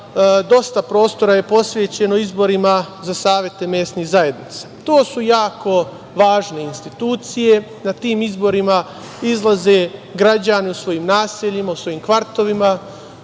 dosta prostora je posvećeno izborima za savete mesnih zajednica. To su jako važne institucije. Na tim izborima izlaze građani u svojim naseljima, u svojim kvartovima,